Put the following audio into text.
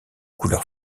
couleur